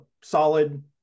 solid